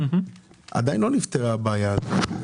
עדיין לא נפתרה הבעיה הזאת.